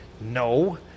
no